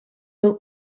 will